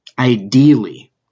Ideally